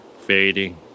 fading